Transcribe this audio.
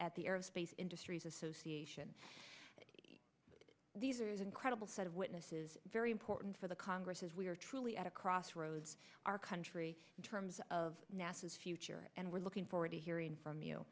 at the aerospace industries association these are incredible set of witnesses very important for the congress as we are truly at a crossroads our country in terms of nasa's future and we're looking forward to hearing